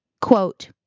Quote